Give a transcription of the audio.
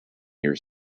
near